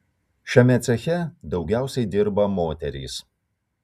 šiame ceche daugiausiai dirba moterys